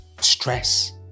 stress